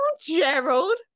Gerald